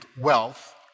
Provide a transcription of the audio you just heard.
wealth